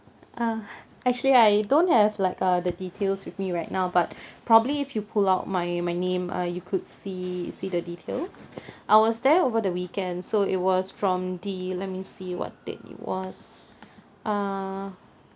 uh actually I don't have like uh the details with me right now but probably if you pull out my my name uh you could see see the details I was there over the weekend so it was from the let me see what date it was uh